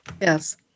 Yes